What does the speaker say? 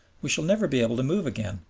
we shall never be able to move again,